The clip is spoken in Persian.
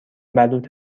بلوط